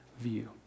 view